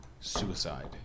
suicide